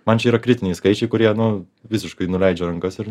man čia yra kritiniai skaičiai kurie nu visiškai nuleidžia rankas ir